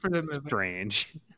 strange